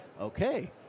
okay